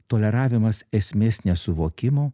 toleravimas esmės nesuvokimo